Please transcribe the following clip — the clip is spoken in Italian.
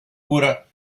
cura